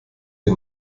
den